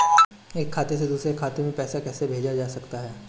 एक खाते से दूसरे खाते में पैसा कैसे भेजा जा सकता है?